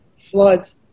floods